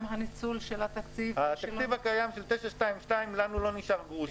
התקציב הקיים של 922 לא לנו גרוש,